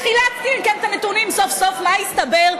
וכשחילקתי, אם כן, את הנתונים סוף-סוף, מה הסתבר?